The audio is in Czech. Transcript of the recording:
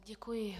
Děkuji.